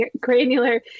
granular